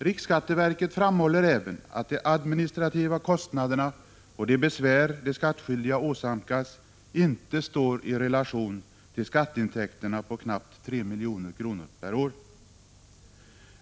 Riksskatteverket framhåller även att de administrativa kostnaderna och de besvär de skattskyldiga åsamkas inte står i relation till skatteintäkterna på knappt 3 milj.kr. per år.